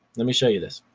let me show you this.